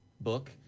book